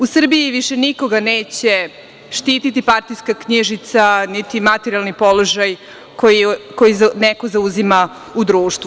U Srbiji više nikoga neće štiti partijska knjižica, niti materijalni položaj koji neko zauzima u društvu.